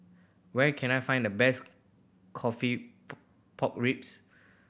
where can I find the best coffee pork ribs